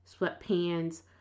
sweatpants